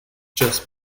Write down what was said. just